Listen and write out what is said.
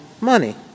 money